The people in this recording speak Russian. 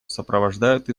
сопровождают